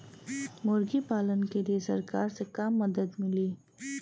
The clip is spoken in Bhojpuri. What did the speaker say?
मुर्गी पालन के लीए सरकार से का मदद मिली?